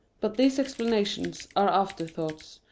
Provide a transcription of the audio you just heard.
but these explanations are afterthoughts,